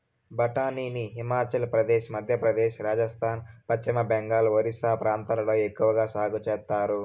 బఠానీని హిమాచల్ ప్రదేశ్, మధ్యప్రదేశ్, రాజస్థాన్, పశ్చిమ బెంగాల్, ఒరిస్సా ప్రాంతాలలో ఎక్కవగా సాగు చేత్తారు